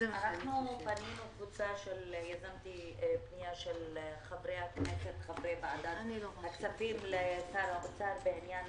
עשינו פנייה של חברי ועדת הכספים לשר האוצר בעניין